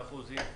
באחוזים.